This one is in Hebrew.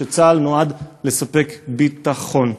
שצה"ל נועד לספק בי-ט-חון.